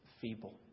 feeble